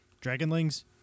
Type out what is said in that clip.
Dragonlings